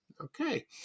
okay